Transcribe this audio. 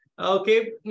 Okay